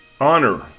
honor